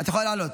את יכולה לעלות.